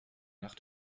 nach